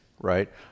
right